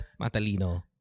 matalino